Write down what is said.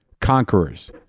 Conquerors